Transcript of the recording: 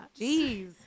jeez